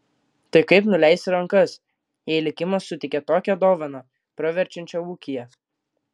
tai kaip nuleisi rankas jei likimas suteikė tokią dovaną praverčiančią ūkyje